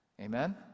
amen